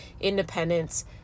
independence